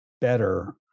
better